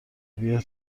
بیا